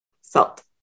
salt